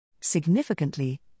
Significantly